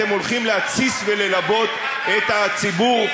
אתם הולכים להתסיס וללבות את הציבור,